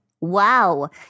Wow